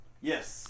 Yes